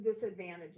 disadvantages